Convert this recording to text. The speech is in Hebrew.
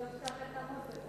כדי לבדוק שאתה תעמוד בזה.